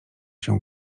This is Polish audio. się